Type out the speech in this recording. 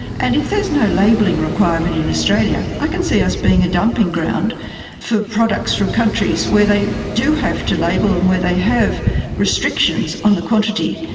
and if there is no labelling requirement in australia, i can see us being a dumping ground for products from countries where they do have to label them, and where they have restrictions on the quantity.